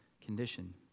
condition